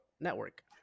network